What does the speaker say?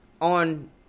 on